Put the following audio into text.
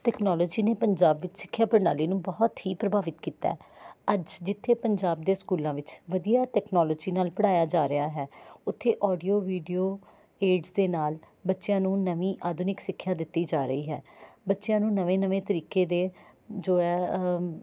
technology ਨੇ ਪੰਜਾਬ ਵਿੱਚ ਸਿੱਖਿਆ ਪ੍ਰਣਾਲੀ ਨੂੰ ਬਹੁਤ ਹੀ ਪ੍ਰਭਾਵਿਤ ਕੀਤਾ ਅੱਜ ਜਿੱਥੇ ਪੰਜਾਬ ਦੇ ਸਕੂਲਾਂ ਵਿੱਚ ਵਧੀਆ ਟੈਕਨਾਲੋਜੀ ਨਾਲ ਪੜ੍ਹਾਇਆ ਜਾ ਰਿਹਾ ਹੈ ਉੱਥੇ ਆਡੀਓ ਵੀਡੀਓ ਏਡਸ ਦੇ ਨਾਲ ਬੱਚਿਆਂ ਨੂੰ ਨਵੀਂ ਆਧੁਨਿਕ ਸਿੱਖਿਆ ਦਿੱਤੀ ਜਾ ਰਹੀ ਹੈ ਬੱਚਿਆਂ ਨੂੰ ਨਵੇਂ ਨਵੇਂ ਤਰੀਕੇ ਦੇ ਜੋ ਹੈ